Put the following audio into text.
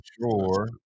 sure